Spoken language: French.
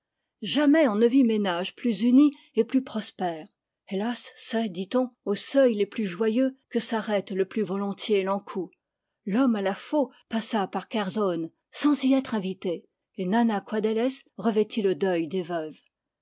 jamais on ne vit ménage plus uni et plus prospère hélas c'est dit-on aux seuils les plus joyeux que s'arrête le plus volontiers l'ankou l'homme à la faux passa par kerzonn sans y être invité et nanna coadélez revêtit le deuil des veuves